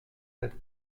sept